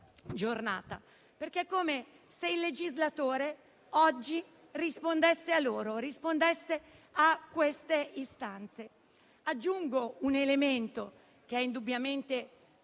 giornata, perché è come se il legislatore oggi rispondesse a loro, rispondesse a queste istanze. Aggiungo un elemento, che indubbiamente